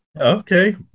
Okay